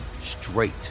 straight